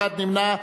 אחד נמנע,